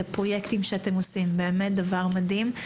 הפרויקטים שאתם עושים באמת דבר מדהים.